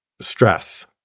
stress